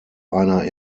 einer